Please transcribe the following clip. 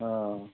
ହଁ